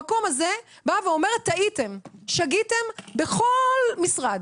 אני במקום הזה באה ואומרת, טעיתם, שגיתם בכל משרד,